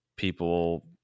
people